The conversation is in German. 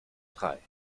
drei